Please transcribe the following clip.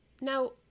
Now